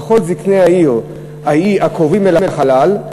וכל זקני העיר ההיא הקרובה אל החלל,